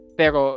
pero